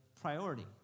priority